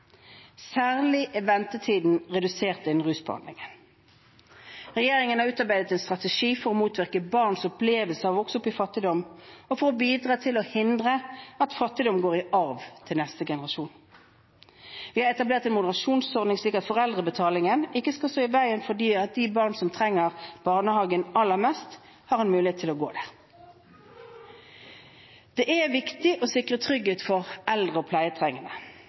Særlig er ventetiden redusert innen rusbehandlingen. Regjeringen har utarbeidet en strategi for å motvirke barns opplevelse av å vokse opp i fattigdom og for å bidra til å hindre at fattigdom går i arv til neste generasjon. Vi har etablert en moderasjonsordning, slik at foreldrebetalingen ikke skal stå i veien for at de barna som trenger barnehagen aller mest, har en mulighet til å gå der. Det er viktig å sikre trygghet for eldre og pleietrengende.